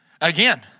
Again